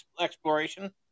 exploration